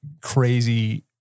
crazy